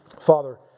Father